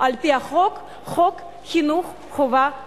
על-פי החוק, חוק חינוך חובה חינם.